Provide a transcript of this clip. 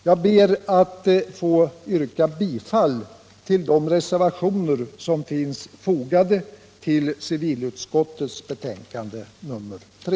Jag ber att få yrka bifall till de reservationer som finns fogade vid civilutskottets betänkande nr 3.